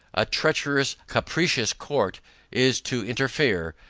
a treacherous capricious court is to interfere,